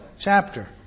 chapter